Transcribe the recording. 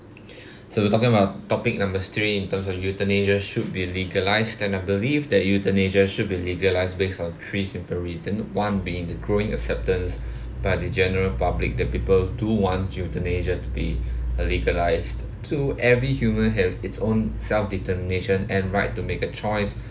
so we're talking about topic number three in terms of euthanasia should be legalised and I believe that euthanasia should be legalised based on three simple reason one being the growing acceptance by the general public the people do want euthanasia to be uh legalized so every human have it's own self determination and right to make a choice